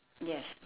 yes